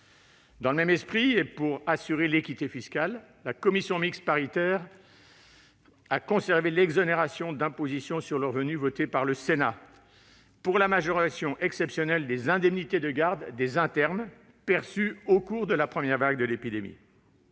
Dans le même esprit, et pour assurer l'équité fiscale, la commission mixte paritaire a maintenu l'exonération d'imposition sur le revenu votée par le Sénat pour la majoration exceptionnelle des indemnités de garde des internes perçues au cours de la première vague de l'épidémie.